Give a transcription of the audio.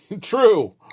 true